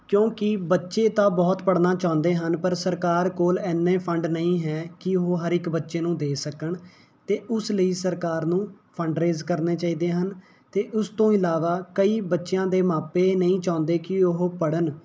ਕਿਉਂਕਿ ਬੱਚੇ ਤਾਂ ਬਹੁਤ ਪੜ੍ਹਨਾ ਚਾਹੁੰਦੇ ਹਨ ਪਰ ਸਰਕਾਰ ਕੋਲ ਐਨੇ ਫੰਡ ਨਹੀਂ ਹੈ ਕਿ ਉਹ ਹਰ ਇੱਕ ਬੱਚੇ ਨੂੰ ਦੇ ਸਕਣ ਅਤੇ ਉਸ ਲਈ ਸਰਕਾਰ ਨੂੰ ਫੰਡ ਰੇਜ਼ ਕਰਨੇ ਚਾਹੀਦੇ ਹਨ ਅਤੇ ਉਸ ਤੋਂ ਇਲਾਵਾ ਕਈ ਬੱਚਿਆਂ ਦੇ ਮਾਪੇ ਨਹੀਂ ਚਾਹੁੰਦੇ ਕਿ ਉਹ ਪੜ੍ਹਨ